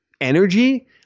energy